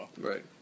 Right